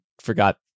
forgot